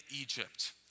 Egypt